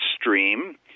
stream